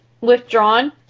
withdrawn